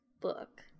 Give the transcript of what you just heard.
Book